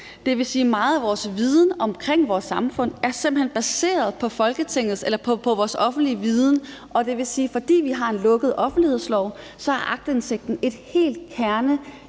Det vil sige, at meget af vores viden om vores samfund simpelt hen er baseret på vores offentlige viden, og det vil sige, at fordi vi har en lukket offentlighedslov, er aktindsigten et